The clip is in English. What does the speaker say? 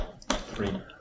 Three